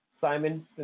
Simon